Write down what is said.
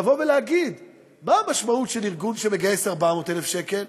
להגיד מה המשמעות של ארגון שמגייס 400,000 שקל?